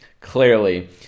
Clearly